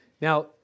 now